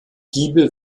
giebel